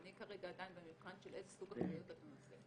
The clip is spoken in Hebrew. אני כרגע עדיין במבחן של איזה סוג אחריות אתה נושא.